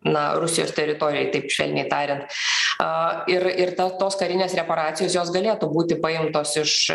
na rusijos teritorijoj taip švelniai tariant a ir ir tau tos karinės reparacijos jos galėtų būti paimtos iš